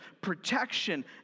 protection